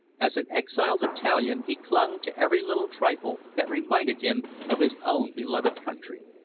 as an exiled italian he clung to every little trifle that reminded him of his own beloved country.